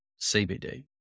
CBD